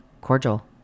cordial